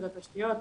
של התשתיות,